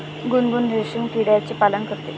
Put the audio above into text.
गुनगुन रेशीम किड्याचे पालन करते